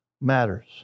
matters